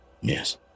yes